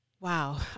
Wow